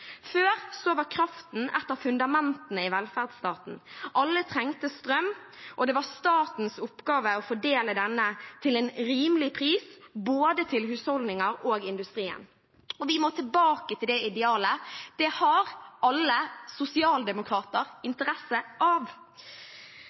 Før var kraften et av fundamentene i velferdsstaten. Alle trengte strøm, og det var statens oppgave å fordele denne til en rimelig pris, både til husholdninger og til industrien. Vi må tilbake til det idealet. Det har alle sosialdemokrater